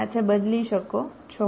સાથે બદલી શકો છો